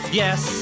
yes